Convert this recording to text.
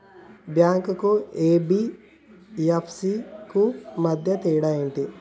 Bank కు NBFC కు మధ్య తేడా ఏమిటి?